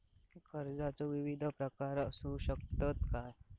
कर्जाचो विविध प्रकार असु शकतत काय?